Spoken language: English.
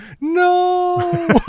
no